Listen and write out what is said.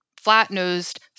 flat-nosed